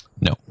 No